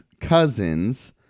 cousins